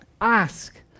Ask